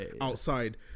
outside